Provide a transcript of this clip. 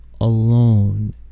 alone